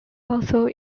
also